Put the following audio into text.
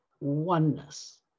oneness